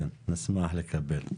נשמח לקבל.